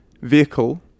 vehicle